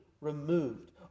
removed